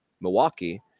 Milwaukee